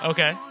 Okay